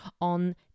on